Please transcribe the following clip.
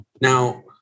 Now